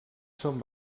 són